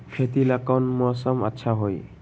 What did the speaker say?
खेती ला कौन मौसम अच्छा होई?